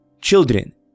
Children